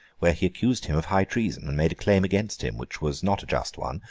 where he accused him of high treason, and made a claim against him, which was not a just one,